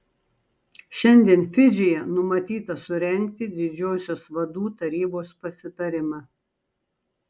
šiandien fidžyje numatyta surengti didžiosios vadų tarybos pasitarimą